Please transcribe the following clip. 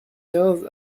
quinze